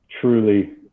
truly